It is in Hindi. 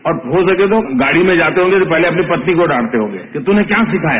और अगर हो सके तो गाड़ी में जाते होंगे तो पहले अपनी पत्नी को डांटते होंगे कि तूने क्या सिखाया